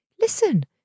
listen